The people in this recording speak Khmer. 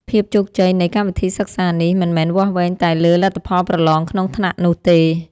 ភាពជោគជ័យនៃកម្មវិធីសិក្សានេះ មិនមែនវាស់វែងតែលើលទ្ធផលប្រឡងក្នុងថ្នាក់នោះទេ។